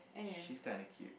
she's kinda cute